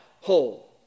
whole